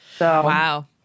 Wow